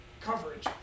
coverage